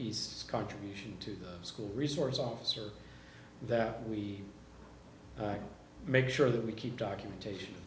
east's contribution to the school resource officer that we make sure that we keep documentation